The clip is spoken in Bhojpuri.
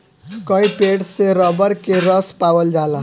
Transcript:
कई पेड़ से रबर के रस पावल जाला